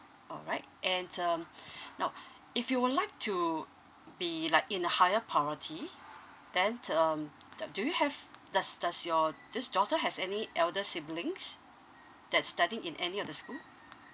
alright and um now if you would like to be like in a higher priority then to um the do you have does does your this daughter has any elder siblings that's studying in any of the school